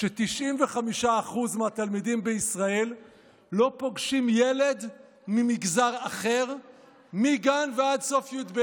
ש-95% מהתלמידים בישראל לא פוגשים ילד ממגזר אחר מגן ועד סוף י"ב?